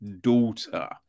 Daughter